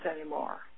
anymore